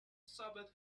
sobered